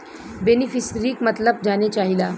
बेनिफिसरीक मतलब जाने चाहीला?